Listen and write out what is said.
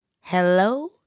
Hello